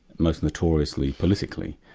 most notoriously, politically.